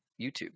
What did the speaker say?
YouTube